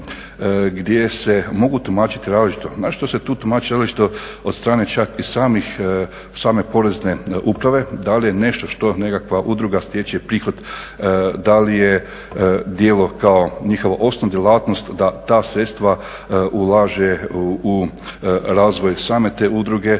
gdje se mogu tumačiti različito. Naročito se tu tumači različito od strane čak i same Porezne uprave da li je nešto što nekakva udruga stječe prihod da li je djelo kao njihovo osnovna djelatnost da ta sredstva ulaže u razvoj same te udruge